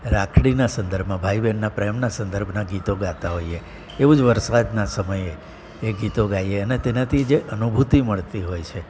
રાખડીના સંદર્ભમાં ભાઈ બહેનના પ્રેમના સંદર્ભના ગીતો ગાતા હોઈએ એવું જ વરસાદના સમયે એ ગીતો ગાઈએ અને તેનાથી જે અનુભૂતિ મળતી હોય છે